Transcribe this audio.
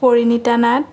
Parinita Nath